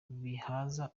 bihaza